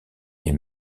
est